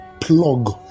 plug